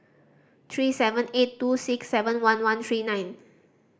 three seven eight two six seven one one three nine